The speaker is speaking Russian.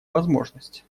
возможность